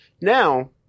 Now